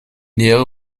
nähere